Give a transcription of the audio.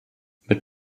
mit